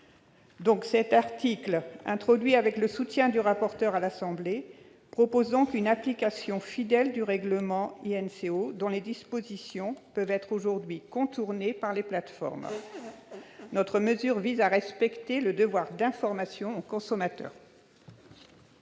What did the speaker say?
lisible. L'article 11 , introduit avec le soutien du rapporteur à l'Assemblée nationale, prévoit une application fidèle du règlement INCO, dont les dispositions peuvent être aujourd'hui contournées par les plateformes. Une telle mesure vise à respecter le devoir d'information au consommateur.